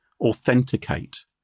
authenticate